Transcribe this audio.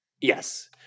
Yes